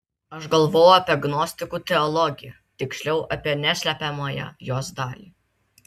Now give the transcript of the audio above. aš galvojau apie gnostikų teologiją tiksliau apie neslepiamąją jos dalį